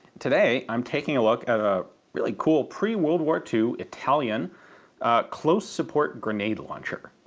today i'm taking a look at a really cool pre-world war two italian close support grenade launcher.